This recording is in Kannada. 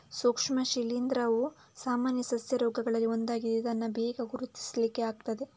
ಸೂಕ್ಷ್ಮ ಶಿಲೀಂಧ್ರವು ಸಾಮಾನ್ಯ ಸಸ್ಯ ರೋಗಗಳಲ್ಲಿ ಒಂದಾಗಿದ್ದು ಇದನ್ನ ಬೇಗ ಗುರುತಿಸ್ಲಿಕ್ಕೆ ಆಗ್ತದೆ